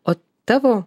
o tavo